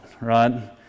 right